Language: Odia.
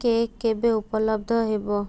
କେକ୍ କେବେ ଉପଲବ୍ଧ ହେବ